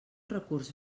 recurs